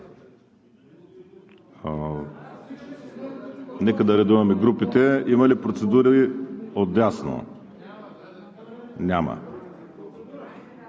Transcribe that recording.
Нека да редуваме групите. Има ли процедури отдясно? Няма.